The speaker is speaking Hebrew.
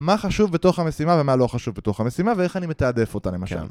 מה חשוב בתוך המשימה ומה לא חשוב בתוך המשימה ואיך אני מתעדף אותה למשל